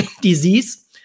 disease